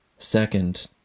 Second